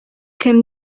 кем